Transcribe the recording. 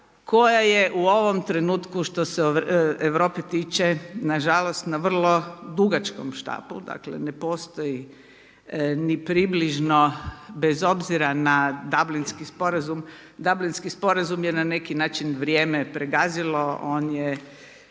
koja je u ovom trenutku što se Europske tiče na žalost na vrlo dugačkom štapu, dakle ne postoji ni približno bez obzira na Dablinski sporazum, Dablinski sporazum je na neki način vrijeme pregazilo on je